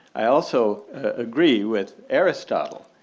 i also agree with aristotle,